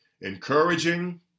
encouraging